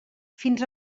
fins